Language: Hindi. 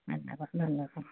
धन्यवाद धन्यवाद